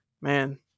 man